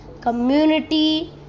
community